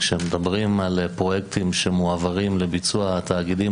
כשמדברים על פרויקטים שמועברים לביצוע התאגידים